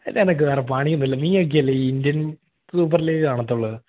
അല്ല നിനക്ക് വേറെ പണിയൊന്നുമില്ലെ നീയൊക്കെയല്ലേ ഈ ഇന്ത്യൻ സൂപ്പർ ലീഗ് കാണുകയുള്ളൂ